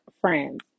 friends